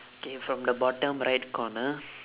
okay from the bottom right corner